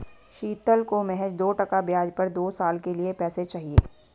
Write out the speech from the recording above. शीतल को महज दो टका ब्याज पर दो साल के लिए पैसे चाहिए